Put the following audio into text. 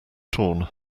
torn